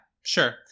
sure